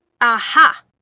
Aha